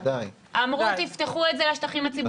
אמרו: תפתחו את זה לשטחים הציבוריים,